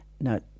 Now